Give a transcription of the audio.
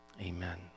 amen